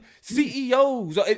CEOs